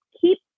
keep